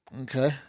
Okay